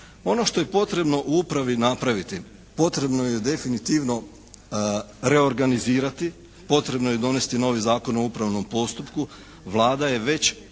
Ono što je potrebno u upravi napraviti, potrebno ju je definitivno reorganizirati, potrebno je donesti novi Zakon o upravnom postupku. Vlada je već